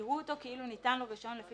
יראו אותו כאילו ניתן לו רישיון לפי